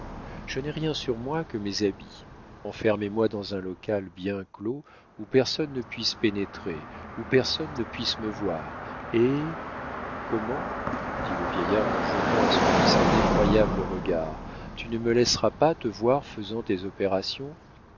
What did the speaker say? je n'ai rien sur moi que mes habits enfermez moi dans un local bien clos où personne ne puisse pénétrer où personne ne puisse me voir et comment dit le vieillard en jetant à son fils un effroyable regard tu ne me laisseras pas te voir faisant tes opérations